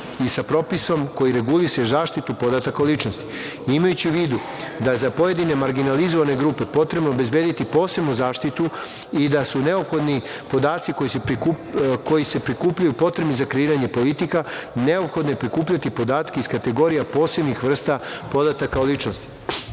i sa propisom koji reguliše zaštitu podataka o ličnosti. Imajući u vidu da za pojedine marginalizovane grupe potrebno je obezbediti posebnu zaštitu i da su neophodni podaci koji se prikupljaju potrebni za kreiranje politika, neophodno je prikupljati podatke iz kategorija posebnih vrsta podataka o ličnosti. Odredbama